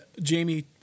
Jamie